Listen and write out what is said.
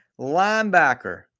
linebacker